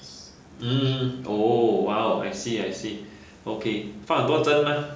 mmhmm oh !wow! I see I see okay 放很多针吗